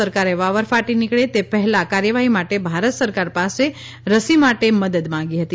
સરકારે વાવર ફાટી નીકળે તે પહેલાં કાર્યવાહી માટે ભારત સરકાર પાસે રસી માટે મદદ માંગી હતી